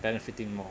benefiting more